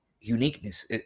uniqueness